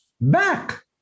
back